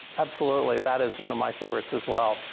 absolutely, that is one of my favorites as well.